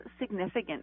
significant